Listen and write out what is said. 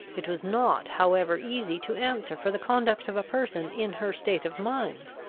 it was not however easy to answer for the conduct of a person in her state of mind.